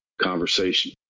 conversation